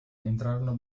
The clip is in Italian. entrarono